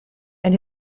and